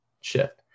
shift